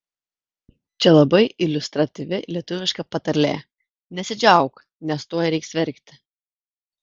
čia labai iliustratyvi lietuviška patarlė nesidžiauk nes tuoj reiks verkti